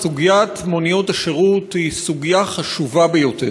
סוגיית מוניות השירות היא סוגיה חשובה ביותר.